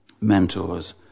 mentors